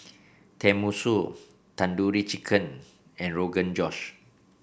Tenmusu Tandoori Chicken and Rogan Josh